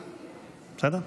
בסדר?